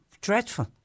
dreadful